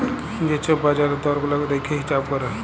যে ছব বাজারের দর গুলা দ্যাইখে হিঁছাব ক্যরে